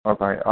Okay